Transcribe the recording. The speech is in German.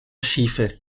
schiefe